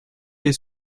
est